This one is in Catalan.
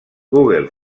google